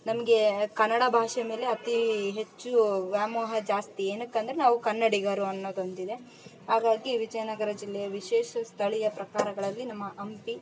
ನಮಗೆ ಕನ್ನಡ ಭಾಷೆ ಮೇಲೆ ಅತಿ ಹೆಚ್ಚು ವ್ಯಾಮೋಹ ಜಾಸ್ತಿ ಏನಕ್ಕಂದ್ರೆ ನಾವು ಕನ್ನಡಿಗರು ಅನ್ನೋದೊಂದಿದೆ ಹಾಗಾಗಿ ವಿಜಯನಗರ ಜಿಲ್ಲೆಯ ವಿಶೇಷ ಸ್ಥಳೀಯ ಪ್ರಕಾರಗಳಲ್ಲಿ ನಮ್ಮ ಹಂಪಿ